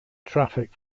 traffic